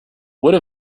would